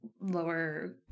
lower